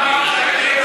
מה הקשר?